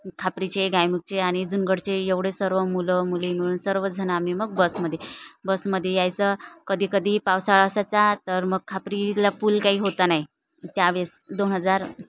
खापरीचे गायमुखचे आणि जुनगडचे एवढे सर्व मुलं मुली मिळून सर्वजण आम्ही मग बसमध्ये बसमध्ये यायचं कधी कधी पावसाळा असायचा तर मग खापरीला पुल काही होता नाही त्यावेळेस दोन हजार